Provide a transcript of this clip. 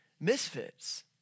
misfits